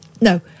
No